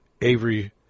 Avery